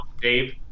Dave